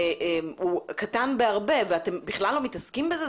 הוא קטן בהרבה ואתם בכלל לא מתעסקים בזה?